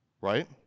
Right